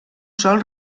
sol